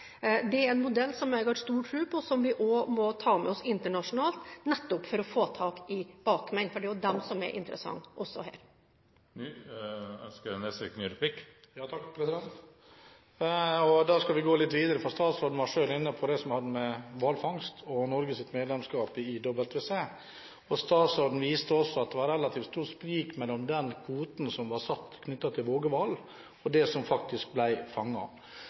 Det er en modell som jeg har stor tro på, og som vi også må ta med oss internasjonalt, nettopp for å få tak i bakmenn, for det er jo dem som er interessante også her. Ønsker representanten Nesvik en ny replikk? Ja takk. Statsråden var selv inne på det som har å gjøre med hvalfangst og Norges medlemskap i IWC, og statsråden viste også at det var et relativt stort sprik mellom den kvoten som var satt for vågehval, og antallet hval som faktisk